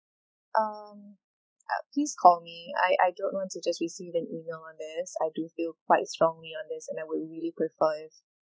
um uh please call me I I don't want to just receive an email on this I do feel quite strongly on this and I would really prefer if